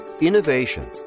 innovation